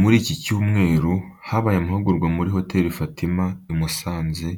Muri iki cyumweru, habaye amahugurwa muri Hoteli Fatima i Musanze